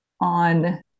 on